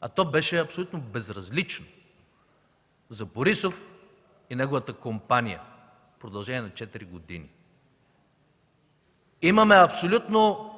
А то беше абсолютно безразлично за Борисов и неговата компания в продължение на 4 години. Имаме абсолютно